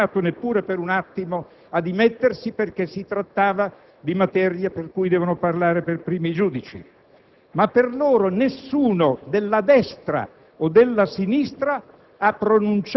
non hanno pensato neppure per un attimo a dimettersi, perché si trattava di materia su cui dovevano parlare per primi i giudici. Ma per loro nessuno, della destra o della sinistra,